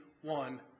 one